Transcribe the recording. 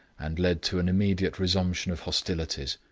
and led to an immediate resumption of hostilities.